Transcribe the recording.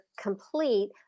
complete